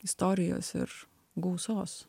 istorijos ir gausos